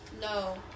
No